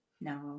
No